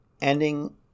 ending